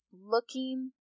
Looking